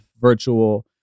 virtual